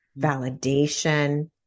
validation